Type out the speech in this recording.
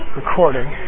recording